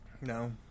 No